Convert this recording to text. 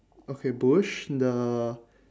okay bush the